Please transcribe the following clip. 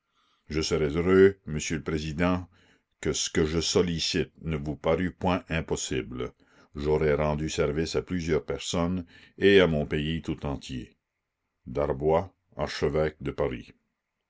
je serais heureux monsieur le président que ce que je sollicite ne vous parût point impossible j'aurais rendu service à plusieurs personnes et à mon pays tout entier darboy archevêque de paris